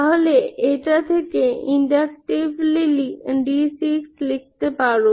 তাহলে এটা থেকে ইন্ডাক্টিভলি d6 লিখতে পারো